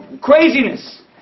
craziness